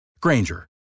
Granger